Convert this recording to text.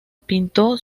pintó